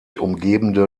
umgebende